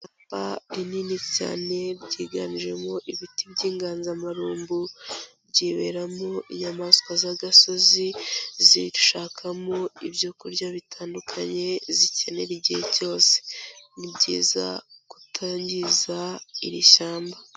Ishyamba rinini cyane ryiganjemo ibiti by'inganzamarumbu byiberamo inyamaswa z'agasozi, zishakamo ibyo kurya bitandukanye zikenera igihe byose, ni byiza kutangiza iri shyamba.